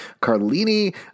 Carlini